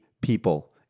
people